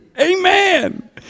Amen